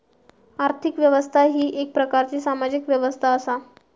आर्थिक व्यवस्था ही येक प्रकारची सामाजिक व्यवस्था असा